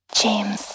James